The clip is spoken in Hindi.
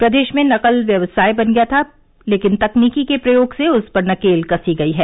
प्रदेश में नकल व्यवसाय दन गया था परन्तु तकनीकी के प्रयोग से उस पर नकेल कसी गई है